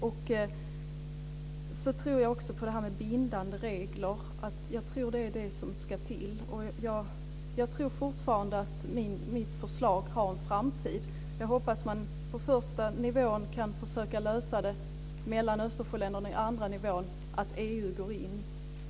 Jag tror också att det är bindande regler som ska till. Jag tror fortfarande att mitt förslag har en framtid. Jag hoppas att man på första nivån kan försöka lösa det mellan Östersjöländerna och på andra nivån att EU går in.